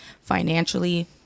financially